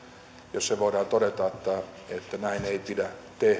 jos se voidaan todeta että näin ei pidä